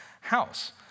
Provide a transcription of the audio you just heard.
house